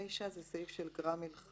זה סעיף שנקרא "גרם מלחמה"